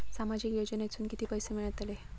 सामाजिक योजनेतून किती पैसे मिळतले?